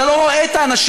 אתה לא רואה את האנשים.